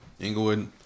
Englewood